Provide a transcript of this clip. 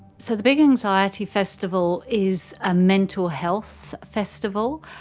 so the big anxiety festival is a mental health festival,